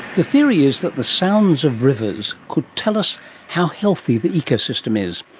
the theory is that the sounds of rivers could tell us how healthy the ecosystem is.